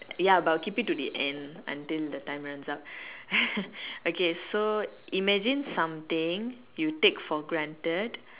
ya but I'll keep it to the end until the time runs up okay so imagine something you take for granted